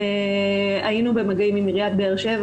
היינו במגעים עם עיריית באר-שבע,